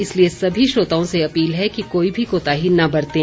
इसलिए सभी श्रोताओं से अपील है कि कोई भी कोताही न बरतें